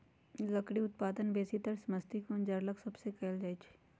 लकड़ी उत्पादन बेसीतर समशीतोष्ण जङगल सभ से कएल जाइ छइ